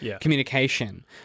communication